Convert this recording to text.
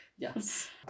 Yes